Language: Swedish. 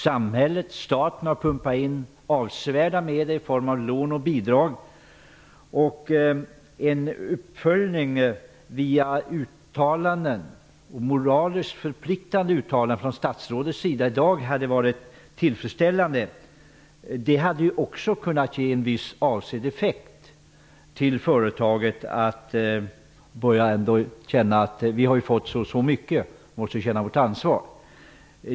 Samhället -- staten -- har pumpat in avsevärda medel i form av lån och bidrag. En uppföljning via moraliskt förpliktande uttalanden från statrådets sida i dag hade varit tillfredsställande. Det hade också kunnat ge en viss avsedd signal till företagsledningen om att den har fått si och så mycket och måste känna sitt ansvar.